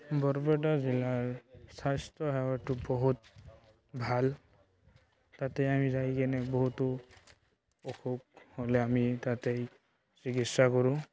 বৰপেটা জিলাৰ স্বাস্থ্যসেৱাটো বহুত ভাল তাতে আমি যাই কিনে বহুতো অসুখ হ'লে আমি তাতেই চিকিৎসা কৰোঁ